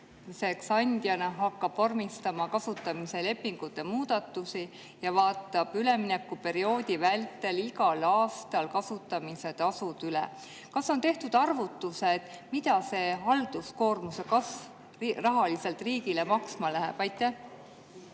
andjana hakkab vormistama kasutamislepingute muudatusi ja vaatab üleminekuperioodi vältel igal aastal kasutamise tasud üle. Kas on tehtud arvutused, mida see halduskoormuse kasv riigile rahaliselt maksma läheb? Aitäh,